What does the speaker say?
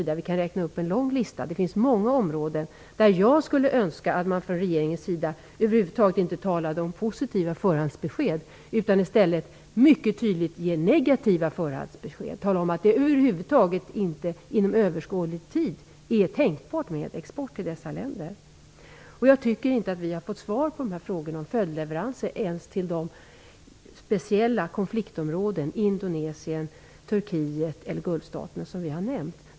Det finns många områden där jag skulle önska att man från regeringens sida över huvud taget inte talade om positiva förhandsbesked utan i stället mycket tydligt gav negativa förhandsbesked och talade om att det över huvud taget inte inom överskådlig tid är påtänkt med export till dessa länder. Jag tycker inte att vi har fått svar på våra frågor om följdleveranser, inte ens när det gäller de speciella konfliktområdena Indonesien, Turkiet eller Gulfstater som vi har nämnt.